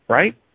Right